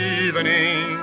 evening